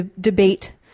debate